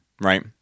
right